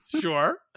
Sure